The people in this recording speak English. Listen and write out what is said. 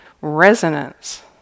resonance